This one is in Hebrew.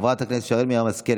חברת הכנסת שרן מרים השכל,